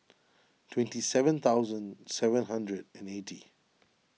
twenty seven thousand seven hundred and eighty